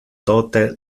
tote